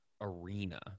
arena